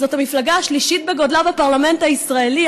זאת המפלגה השלישית בגודלה בפרלמנט הישראלי.